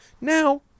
Now